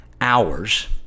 hours